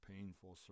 Painful